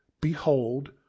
behold